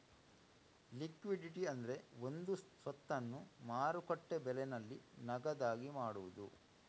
liquidity ಅಂದ್ರೆ ಒಂದು ಸ್ವತ್ತನ್ನ ಮಾರುಕಟ್ಟೆ ಬೆಲೆನಲ್ಲಿ ನಗದಾಗಿ ಮಾಡುದು